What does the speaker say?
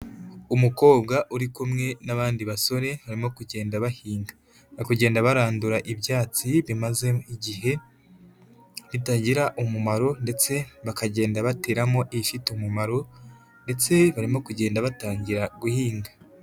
Umukobwa uri kumwe n'abandi basore barimo kugenda bahinga, bari kugenda barandura ibyatsi bimaze igihe, bitagira umumaro ndetse bakagenda bateraramo ibifite umumaro ndetse barimo kugenda batangira guhinga.